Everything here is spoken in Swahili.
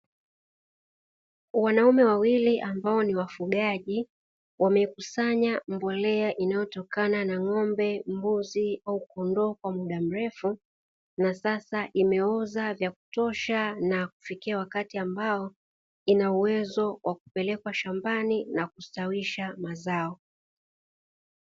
Wanaume wawili ambao ni wafugaji, wamekusanya mbolea inayotokana na ng'ombe, mbuzi au kondoo kwa muda mrefu. Na sasa imeoza vya kutosha na kufikia wakati ambao ina uwezo wa kupelekwa shambani na kustawisha mazao.